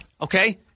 okay